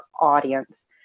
audience